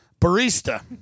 barista